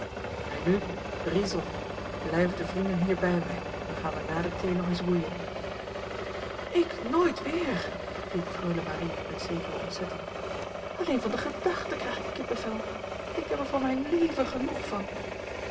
en nu brisons blijven de vrienden hier bij mij dan gaan we na de thee nog eens roeien ik nooit weer riep freule marie met zekere ontzetting alleen van de gedachte krijg ik kippenvel ik heb er voor mijn leven genoeg van